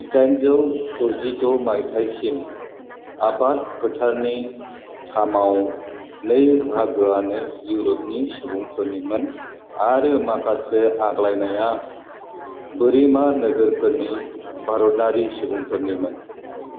जिदाइनजौ दजिद' मायथाइसिम आबाद फोथारनि थामाव नै बाहागोआनो इउर'पनि सुबुंफोरनिमोन आरो माखासे आग्लायनाया बोरिमा नोगोरफोरनि भारतारि सुबुंफोरनिमोन